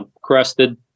crested